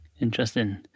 Interesting